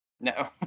No